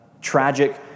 tragic